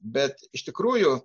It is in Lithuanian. bet iš tikrųjų